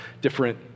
different